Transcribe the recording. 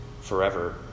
forever